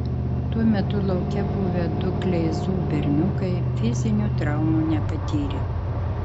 tuo metu lauke buvę du kleizų berniukai fizinių traumų nepatyrė